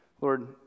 Lord